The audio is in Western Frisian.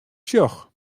sjoch